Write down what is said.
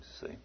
see